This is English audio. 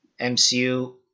MCU